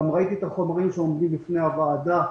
גם ראיתי את החומרים שעומדים בפני הוועדה.